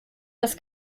das